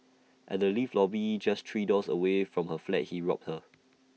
at the lift lobby just three doors away from her flat he robbed her